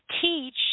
teach